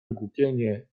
ogłupienie